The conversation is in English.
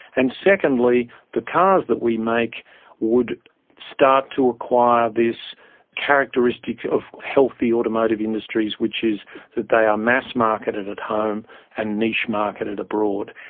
and secondly the cars that we make would start to acquire this characteristic of healthy automotive industries which is that they are mass marketed at home and niche marketed abroad.